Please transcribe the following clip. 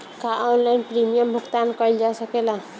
का online premium भुगतान कईल जा सकेला?